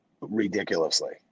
ridiculously